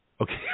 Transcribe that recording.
Okay